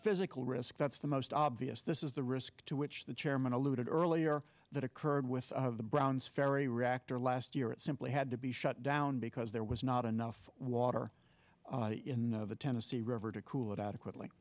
physical risk that's the most obvious this is the risk to which the chairman alluded earlier that occurred with the browns ferry reactor last year it simply had to be shut down because there was not enough water in the tennessee river to cool it adequate